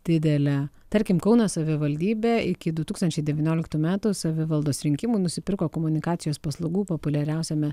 didelę tarkim kauno savivaldybė iki du tūkstančiai devynioliktų metų savivaldos rinkimų nusipirko komunikacijos paslaugų populiariausiame